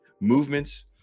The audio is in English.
movements